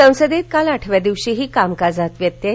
संसदेत काल आठव्या दिवशीही कामकाजात व्यत्यय